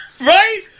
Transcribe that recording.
Right